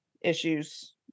issues